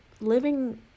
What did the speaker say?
living